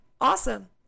Awesome